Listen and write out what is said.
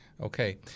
Okay